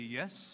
yes